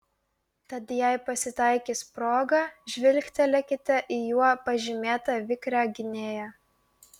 tad jei pasitaikys proga žvilgtelėkite į juo pažymėtą vikrią gynėją